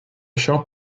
shop